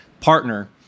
partner